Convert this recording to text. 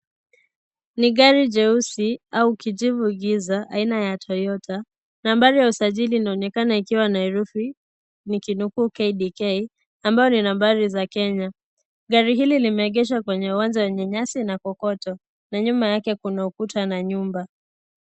Ni gari jeusi au kijivu giza aina ya Toyota. Nambari ya usajili inaonekana ikiwa na herufi, nikinukuu, KDK, ambao ni nambari za Kenya. Gari hili limeegeshwa kwenye uwanja wenye nyasi na kokoto na nyuma yake kuna ukuta na nyumba.